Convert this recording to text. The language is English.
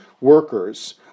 workers